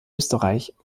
österreich